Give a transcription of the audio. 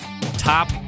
top